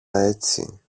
έτσι